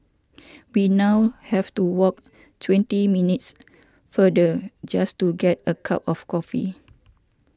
we now have to walk twenty minutes further just to get a cup of coffee